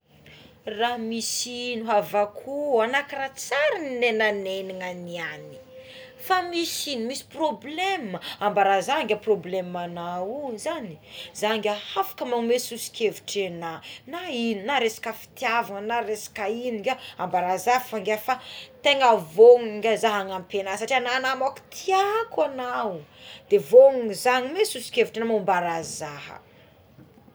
Raha misy ino avako anao kara tsary ninenanenana enao niagny fa misy ino misy problema ambara za ngia problemanao o zany zah ngia afaka manome sosokevitry ana na ino na resaka fitivana na resaka ino ngia ambara za fô ngia fa tenga vonona ngia za hanampy ana satria enao namako tiako anao de vonona za anome sosokevitry agnao moa ambara zaha.